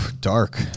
dark